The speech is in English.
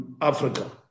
Africa